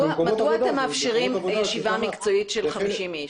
מדוע אתם מאפשרים ישיבה מקצועית בהשתתפות 50 אנשים?